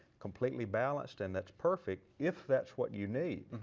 completely balanced and that's perfect if that's what you need.